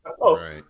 Right